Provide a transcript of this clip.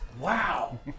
Wow